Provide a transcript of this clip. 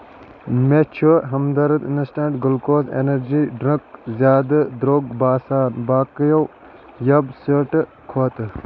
مےٚ چھ Hamdard instant glucose energy drink زیادٕ درٛوگ باسان باقیو یب سیٹہٕ کھۄتہٕ